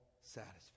satisfied